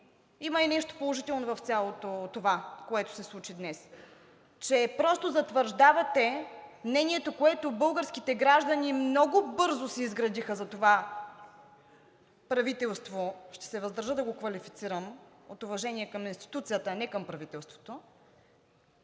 има и нещо положително в цялото това, което се случи днес, че просто затвърждавате мнението, което българските граждани много бързо си изградиха за това правителство. Ще се въздържа да го квалифицирам от уважение към институцията, а не към правителството.